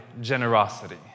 generosity